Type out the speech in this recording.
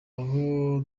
aho